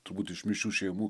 turbūt iš mišrių šeimų